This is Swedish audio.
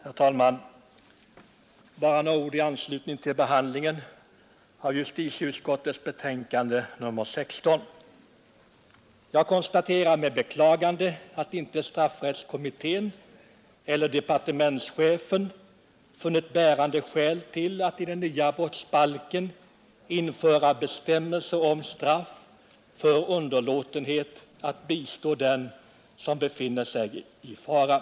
Herr talman! Bara några ord i anslutning till behandlingen av justitieutskottets betänkande nr 16. Jag konstaterar med beklagande att inte straffrättskommittén eller departementschefen funnit bärande skäl till att i den nya brottsbalken införa bestämmelser om straff för underlåtenhet att bistå den som befinner sig i fara.